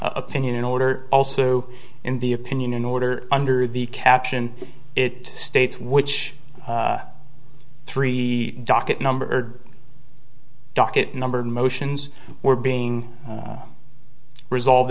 opinion in order also in the opinion in order under the caption it states which three docket number docket number of motions were being resolved